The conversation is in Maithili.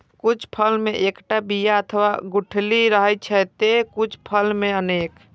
कुछ फल मे एक्केटा बिया अथवा गुठली रहै छै, ते कुछ फल मे अनेक